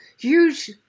huge